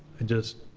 i'd just